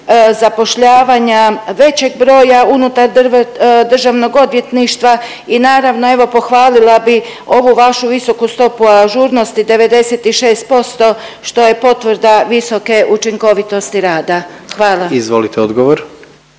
zapošljavanja većeg broja unutar Državnog odvjetništva. I naravno evo pohvalila bih ovu vašu visoku stopu ažurnosti 96% što je potvrda visoke učinkovitosti rada. **Jandroković, Gordan